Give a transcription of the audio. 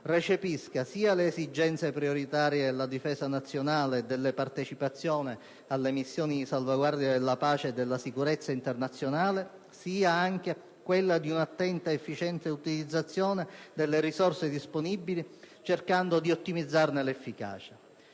recepisca sia le esigenze prioritarie della difesa nazionale e della partecipazione alle missioni di salvaguardia della pace e della sicurezza internazionali, sia quelle di una attenta ed efficiente utilizzazione delle risorse disponibili, cercando di ottimizzarne l'efficacia.